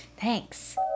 Thanks